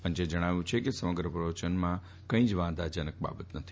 પંચે જણાવ્યું છે કે સમગ્ર પ્રવચનમાં કંઈ જ વાંધાજનક બાબત નથી